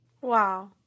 Wow